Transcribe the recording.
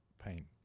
pain